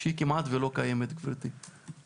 שהיא כמעט ולא קיימת, גברתי.